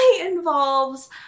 involves